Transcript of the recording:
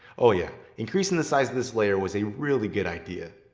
oh yeah, increasing the size of this layer was a really good idea.